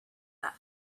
that